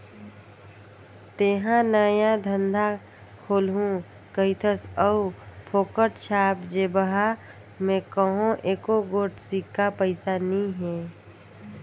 तेंहा नया धंधा खोलहू कहिथस अउ फोकट छाप जेबहा में कहों एको गोट सिक्का पइसा नी हे